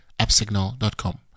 appsignal.com